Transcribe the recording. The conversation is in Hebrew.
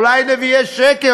אולי נביאי שקר,